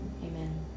Amen